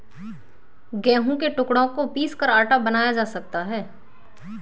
गेहूं के टुकड़ों को पीसकर आटा बनाया जा सकता है